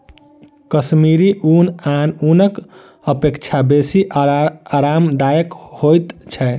कश्मीरी ऊन आन ऊनक अपेक्षा बेसी आरामदायक होइत छै